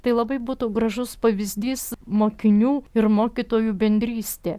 tai labai būtų gražus pavyzdys mokinių ir mokytojų bendrystė